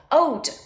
old